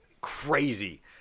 crazy